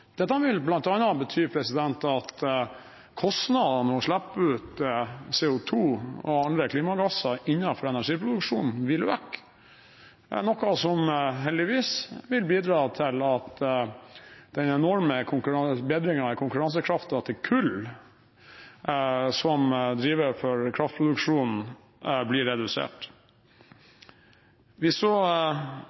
vil bl.a. bety at kostnadene ved å slippe ut CO2 og andre klimagasser ved energiproduksjon vil øke, noe som heldigvis vil bidra til at den enorme bedringen av konkurransekraften til kull som driver for kraftproduksjonen, blir redusert. Vi